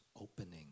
opening